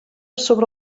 sobre